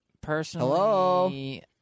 Personally